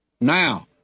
Now